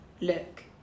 Look